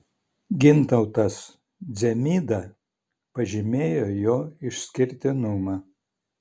gintautas dzemyda pažymėjo jo išskirtinumą